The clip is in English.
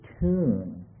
tune